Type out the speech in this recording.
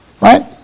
Right